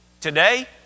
Today